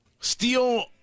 steal